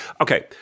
Okay